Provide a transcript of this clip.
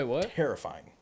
terrifying